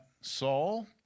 Saul